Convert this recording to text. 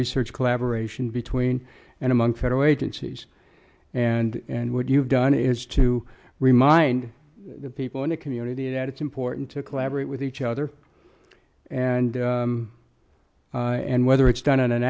research collaboration between and among federal agencies and what you've done is to remind people in the community that it's important to collaborate with each other and and whether it's done on an